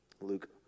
Luke